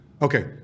Okay